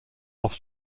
off